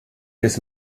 bis